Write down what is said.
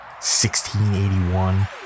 1681